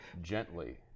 gently